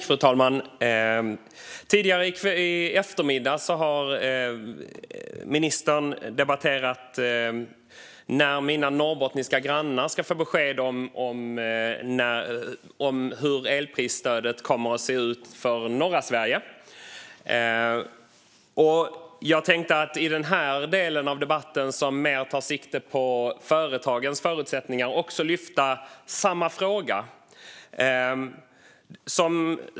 Fru talman! Tidigare i eftermiddags hade ministern en debatt om när mina norrbottniska grannar ska få besked om hur elprisstödet kommer att se ut för norra Sverige. Jag tänkte i den här delen av debatten, som mer tar sikte på företagens förutsättningar, också lyfta samma fråga.